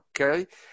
Okay